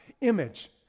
image